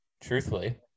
truthfully